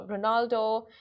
Ronaldo